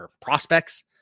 prospects